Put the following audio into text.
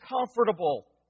comfortable